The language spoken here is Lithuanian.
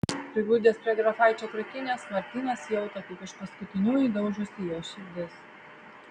prigludęs prie grafaičio krūtinės martynas jautė kaip iš paskutiniųjų daužosi jo širdis